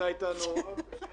אנחנו ממשיכים את הדיון.